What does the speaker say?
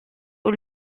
aux